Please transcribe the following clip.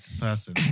person